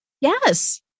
Yes